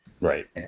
right